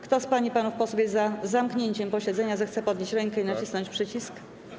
Kto z pań i panów posłów jest za zamknięciem posiedzenia, zechce podnieść rękę i nacisnąć przycisk.